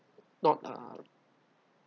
not uh